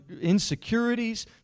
insecurities